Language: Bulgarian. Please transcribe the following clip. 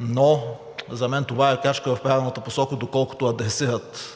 Но за мен това е крачка в правилната посока, доколкото адресират